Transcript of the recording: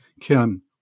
Kim